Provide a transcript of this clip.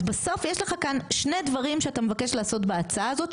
אז בסוף יש לך כאן שני דברים שאתה מבקש לעשות בהצעה הזאת,